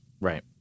Right